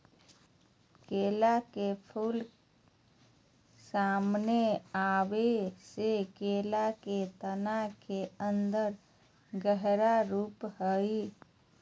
केला के फूल, सामने आबे से केला के तना के अन्दर गहरा रूप हइ